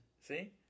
see